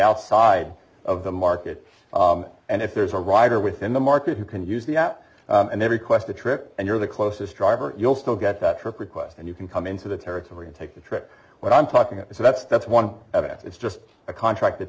outside of the market and if there's a rider within the market who can use the app and they request a trip and you're the closest driver you'll still get that trip requests and you can come into the territory and take a trip what i'm talking about so that's that's one of it's just a contract that